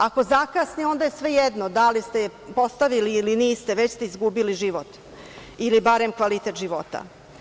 Ako zakasni, onda je svejedno da li ste je postavili ili niste, već ste izgubili život ili barem kvalitet života.